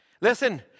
Listen